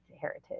heritage